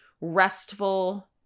restful